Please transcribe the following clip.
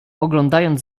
oglądając